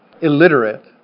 illiterate